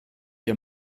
ihr